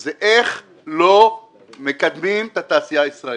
היא איך לא מקדמים את התעשייה הישראלית.